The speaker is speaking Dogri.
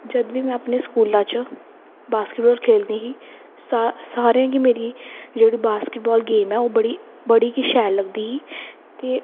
जद बी में अपने स्कूला च बास्केटबॉल खेल्लदी ही सारें गी मेरी जदेह्ड़ी ओह् बास्केटबॉल गेम ऐ ओह् बड़ी गै शैल लगदी ही ते